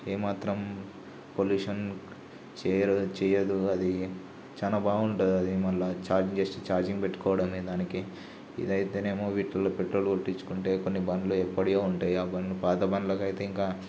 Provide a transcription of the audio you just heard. ఏ మాత్రం పొల్యూషన్ చేయడు చేయదు అది చాలా బాగుంటుందది మళ్ళా ఛార్జ్ చేసి ఛార్జింగ్ పెట్టుకోడమనే దానికి ఇదయితేనేమో వీటిల్లో పెట్రోలు కొట్టించుకుంటే కొన్ని బండ్లు ఎప్పడివో ఉంటాయి బండ్లు పాత బండ్లకయితే ఇంక